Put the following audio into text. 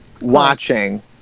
watching